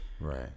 Right